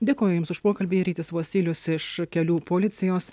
dėkoju jums už pokalbį rytis vosylius iš kelių policijos